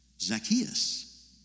Zacchaeus